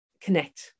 connect